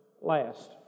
last